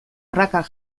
prakak